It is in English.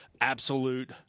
absolute